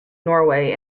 norway